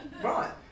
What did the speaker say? right